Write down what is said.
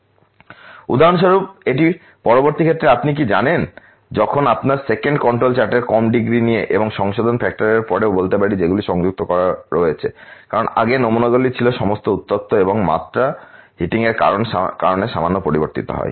সুতরাং উদাহরণস্বরূপ এটি পরবর্তী ক্ষেত্রে আপনি কি জানেন যখন আমরা 2nd কন্ট্রোল চার্টের কম ডিগ্রি নিয়ে এবং সংশোধন ফ্যাক্টরের পরেও বলতে পারি যেগুলি সংযুক্ত করা হয়েছে কারণ আগে নমুনাগুলি ছিল সমস্ত উত্তপ্ত এবং মাত্রা হিটিংয়ের কারণে সামান্য পরিবর্তিত হয়